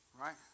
Right